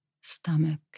stomach